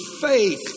faith